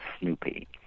Snoopy